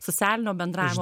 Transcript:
socialinio bendravimo